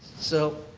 so,